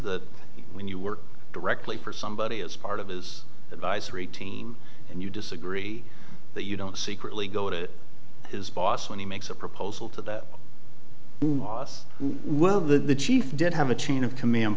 that when you work directly for somebody as part of his advisory team and you disagree that you don't secretly go to his boss when he makes a proposal to that was one of the chief did have a chain of command